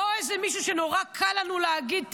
לא איזה מישהו שנורא קל לנו להגיד עליו: